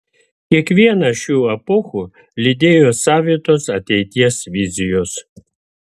kiekvieną šių epochų lydėjo savitos ateities vizijos